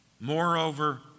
Moreover